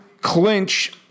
clinch